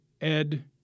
Ed